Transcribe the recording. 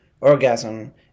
orgasm